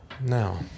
Now